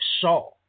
saw